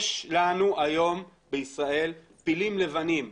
יש לנו היום בישראל פילים לבנים.